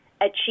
achieve